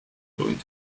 going